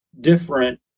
different